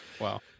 wow